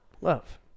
Love